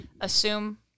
assume